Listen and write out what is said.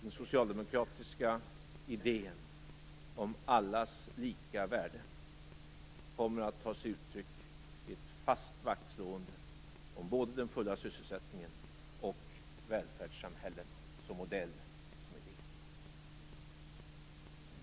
Den socialdemokratiska idén om allas lika värde kommer att ta sig uttryck i ett fast vaktslående om både den fulla sysselsättningen och välfärdssamhället som modell och som idé.